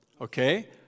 Okay